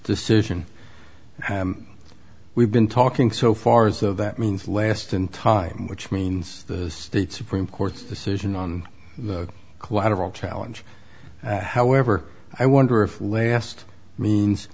decision we've been talking so far as of that means last in time which means the state supreme court's decision on the collateral challenge however i wonder if will last means